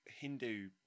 Hindu